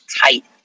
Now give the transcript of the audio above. tight